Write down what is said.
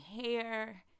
hair